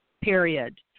period